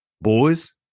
Boys